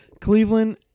Cleveland